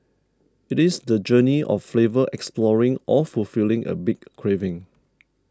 it is the journey of flavor exploring or fulfilling a big craving